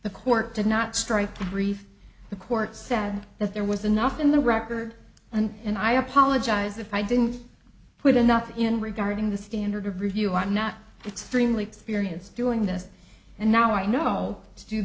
the court did not strike brief the court said that there was enough in the record and and i apologize if i didn't put enough in regarding the standard of review i'm not extremely experienced doing this and now i know